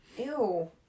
Ew